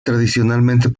tradicionalmente